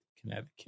Connecticut